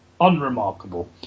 unremarkable